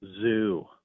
zoo